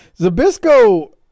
zabisco